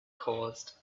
caused